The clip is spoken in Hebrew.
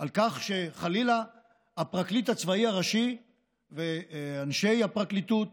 על כך שחלילה הפרקליט הצבאי הראשי ואנשי הפרקליטות